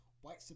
white